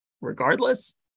regardless